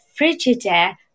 Frigidaire